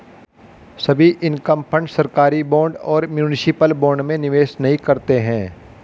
सभी income fund सरकारी bond और म्यूनिसिपल बॉन्ड में निवेश नहीं करते हैं